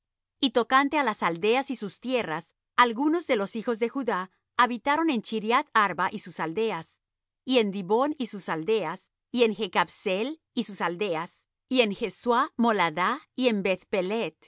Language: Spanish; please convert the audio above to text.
y tocante á las aldeas y sus tierras algunos de los hijos de judá habitaron en chriat arba y sus aldeas y en dibón y sus aldeas y en jecabseel y sus aldeas y en jesuá moladah y en